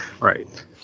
right